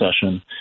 session